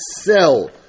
sell